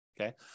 okay